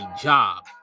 job